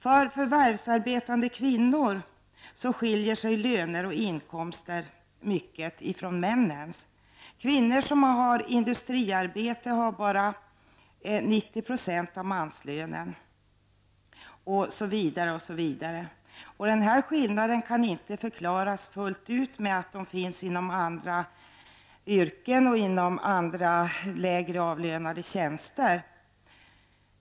För förvärvsarbetande kvinnor skiljer sig löner och inkomster i övrigt från männens. Kvinnor i industriarbete har bara 90 % av manslönen osv. Denna skillnad kan inte förklaras fullt ut med att de finns inom andra yrken och andra och lägre avlönade tjänster.